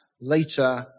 later